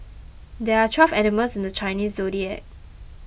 there are twelve animals in the Chinese zodiac